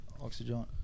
Oxygen